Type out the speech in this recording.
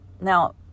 Now